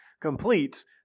complete